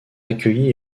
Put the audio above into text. accueillies